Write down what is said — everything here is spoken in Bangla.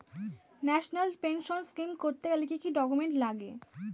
ন্যাশনাল পেনশন স্কিম করতে গেলে কি কি ডকুমেন্ট লাগে?